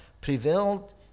prevailed